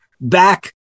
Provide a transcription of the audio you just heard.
back